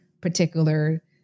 particular